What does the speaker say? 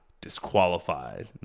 disqualified